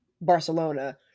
barcelona